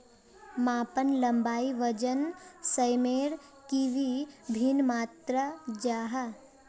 मापन लंबाई वजन सयमेर की वि भिन्न मात्र जाहा?